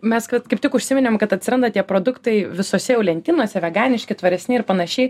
mes kad kaip tik užsiminėm kad atsiranda tie produktai visose jau lentynose veganiški tvaresni ir panašiai